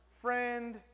friend